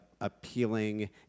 appealing